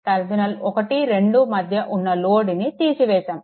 terminal 1 2 మధ్య ఉన్న లోడ్ని తీసివేశాము